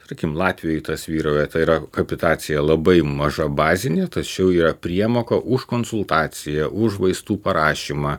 tarkim latvijoj tas vyrauja tai yra kapitacija labai maža bazinė tačiau yra priemoka už konsultaciją už vaistų parašymą